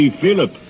Philip